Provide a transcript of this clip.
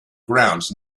grounds